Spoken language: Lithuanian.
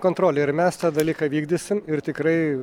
kontrolę ir mes tą dalyką vykdysim ir tikrai